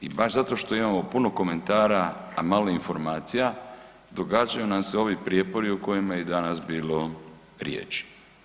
I baš zato što imamo puno komentara, a malo informacija događaju nam se ovi prijepori o kojima je i danas bilo riječi.